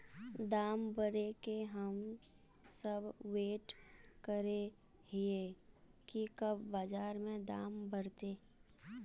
दाम बढ़े के हम सब वैट करे हिये की कब बाजार में दाम बढ़ते?